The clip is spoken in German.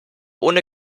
ohne